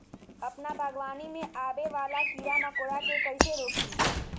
अपना बागवानी में आबे वाला किरा मकोरा के कईसे रोकी?